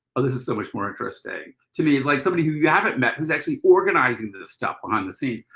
oh this is so much more interesting. to me, it's like somebody who you haven't met who's actually organizing this stuff behind the scenes.